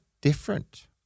different